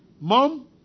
mom